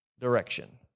direction